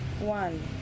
one